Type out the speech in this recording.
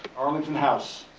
arlington house.